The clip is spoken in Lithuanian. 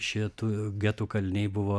šie tų getų kaliniai buvo